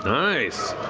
nice!